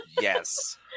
Yes